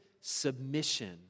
submission